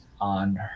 on